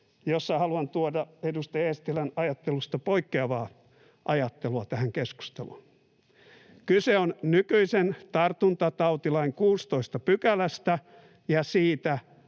jossa haluan tuoda edustaja Eestilän ajattelusta poikkeavaa ajattelua tähän keskusteluun: Kyse on nykyisen tartuntatautilain 16 §:stä ja siitä,